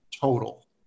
total